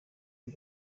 ibi